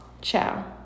Ciao